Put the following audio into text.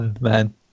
Man